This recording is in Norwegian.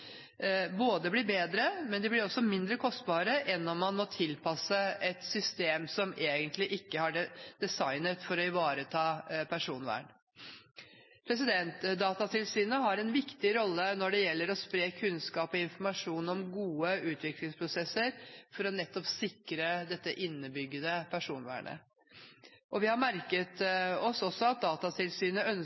både bedre og mindre kostbare enn om man må tilpasse et system som egentlig ikke var designet for å ivareta personvern. Datatilsynet har en viktig rolle når det gjelder å spre kunnskap og informasjon om gode utviklingsprosesser for å sikre nettopp dette innebygde personvernet. Vi har merket oss at Datatilsynet ønsker